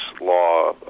law